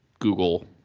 Google